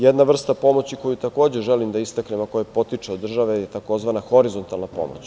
Jedna vrsta pomoći koju želim da istaknem, a koja potiče od države, je tzv. horizontalna pomoć.